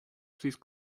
please